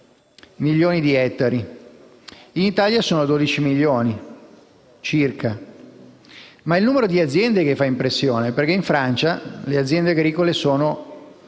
in Italia ci sono circa 12 milioni di ettari. Ma è il numero di aziende che fa impressione, perché in Francia le aziende agricole sono